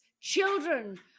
children